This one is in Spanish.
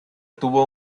tuvo